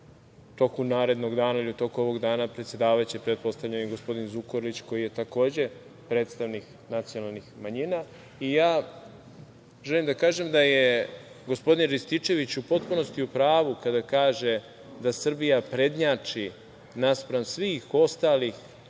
toku narednog dana ili u tok ovog dana predsedavaće pretpostavljam i gospodin Zukorlić koji je takođe predstavnik nacionalnih manjina. Želim da kažem da je gospodin Rističević u potpunosti u pravu kada kaže da Srbija prednjači naspram svih ostalih